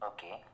Okay